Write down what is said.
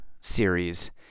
series